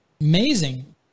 amazing